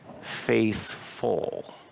faithful